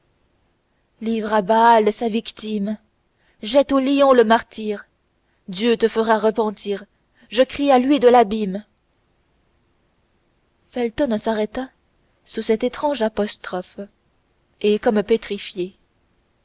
livre à baal sa victime jette aux lions le martyr dieu te fera repentir je crie à lui de l'abîme felton s'arrêta sous cette étrange apostrophe et comme pétrifié